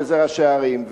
וזה ראשי הערים.